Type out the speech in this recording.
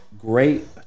great